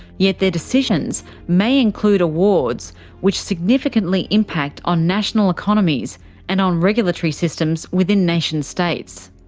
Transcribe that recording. yet their decisions may include awards which significantly impact on national economies and on regulatory systems within nation states.